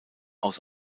aus